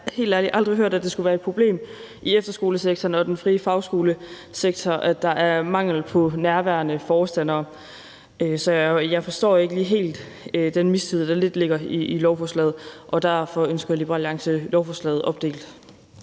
helt ærligt aldrig hørt, at det skulle være et problem i efterskolesektoren og den frie fagskolesektor, at der er mangel på nærværende forstandere. Så jeg forstår ikke helt den mistillid, der lidt ligger i lovforslaget. Derfor ønsker Liberal Alliance lovforslaget opdelt.